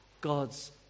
God's